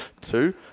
two